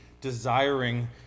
desiring